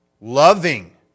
loving